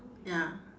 ya